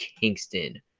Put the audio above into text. kingston